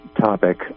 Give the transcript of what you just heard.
topic